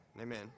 Amen